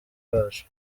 bacu